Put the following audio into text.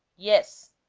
yes,